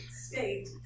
State